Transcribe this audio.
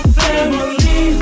family